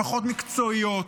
לפחות מקצועיות.